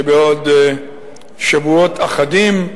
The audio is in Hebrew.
שבעוד שבועות אחדים,